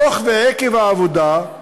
תוך ועקב העבודה,